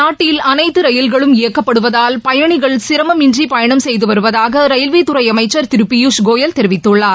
நாட்டில் அனைத்து ரயில்களும் இயக்கப்படுவதால் பயணிகள் சிரமம் இன்றி பயணம் செய்து வருவதாக ரயில்வேத்துறை அமைச்சர் திரு பியூஷ் கோயல் தெரிவித்துள்ளார்